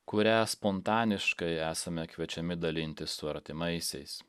kurią spontaniškai esame kviečiami dalintis su artimaisiais